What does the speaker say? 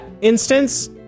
instance